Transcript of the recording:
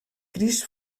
crist